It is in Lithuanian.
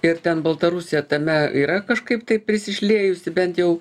ir ten baltarusija tame yra kažkaip tai prisišliejusi bent jau